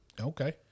Okay